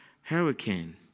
hurricane